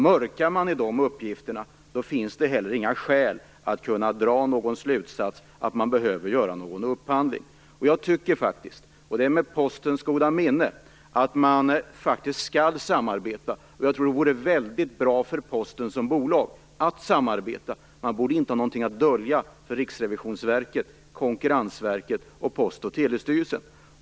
Mörkar man i fråga om de uppgifterna finns det heller inga skäl för att kunna dra slutsatsen att en upphandling behöver göras. Jag tycker faktiskt, med Postens goda minne, att man skall samarbeta. Jag tror att det vore väldigt bra för Posten som bolag att samarbeta. Man borde inte ha något att dölja för Riksrevisionsverket, Konkurrensverket och Post och telestyrelsen.